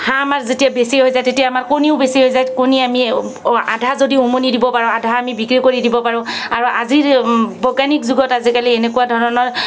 হাঁহ আমাৰ যেতিয়া বেছি হৈ যায় তেতিয়া আমাৰ কণীও বেছি হৈ যায় কণী আমি আধা যদি উমনি দিব পাৰোঁ আধা আমি বিক্ৰী কৰি দিব পাৰোঁ আৰু আজিৰ বৈজ্ঞানিক যুগত আজিকালি এনেকুৱা ধৰণৰ